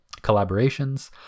collaborations